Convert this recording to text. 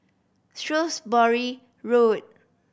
Shrewsbury Road